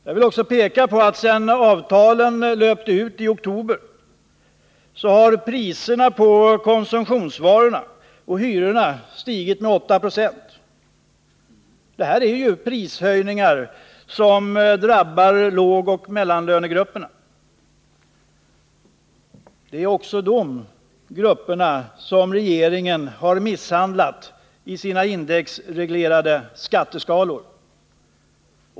Jag vill också peka på att sedan avtalen löpte ut i oktober har priserna på konsumtionsvarorna, liksom hyrorna, stigit med 8 20. Detta är prishöjningar som drabbar lågoch mellanlönegrupperna. Det är också dessa grupper som regeringen har misshandlat genom sina indexreglerade skatteskalor.